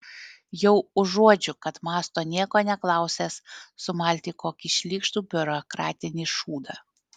jau užuodžiu kad mąsto nieko neklausęs sumalti kokį šlykštų biurokratinį šūdą